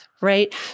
right